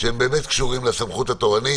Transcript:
שהם באמת קשורים לסמכות התורנית,